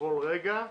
בכל רגע.